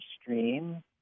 stream